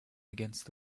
against